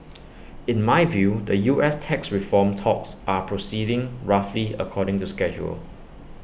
in my view the U S tax reform talks are proceeding roughly according to schedule